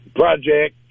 project